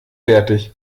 fertig